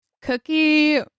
Cookie